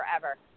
forever